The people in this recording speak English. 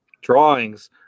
drawings